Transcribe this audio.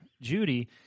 Judy